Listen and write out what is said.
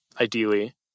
ideally